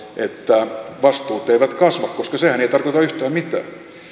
että vastuut eivät kasva koska sehän ei tarkoita yhtään mitään